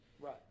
Right